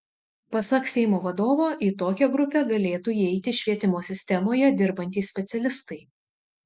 pasak seimo vadovo į tokią grupę galėtų įeiti švietimo sistemoje dirbantys specialistai